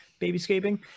babyscaping